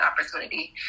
opportunity